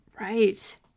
Right